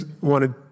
wanted